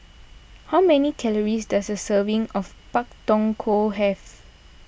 how many calories does a serving of Pak Thong Ko have